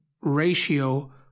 ratio